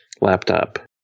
laptop